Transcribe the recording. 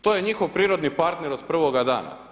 To je njihov prirodni partner od prvoga dana.